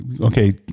Okay